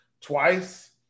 twice